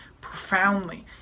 profoundly